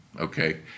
Okay